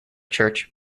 church